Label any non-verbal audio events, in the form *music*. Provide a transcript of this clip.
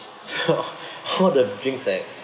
so *laughs* all the drinks like